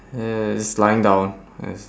yeah it's lying down yes